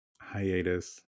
hiatus